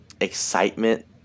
excitement